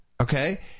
okay